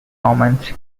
commons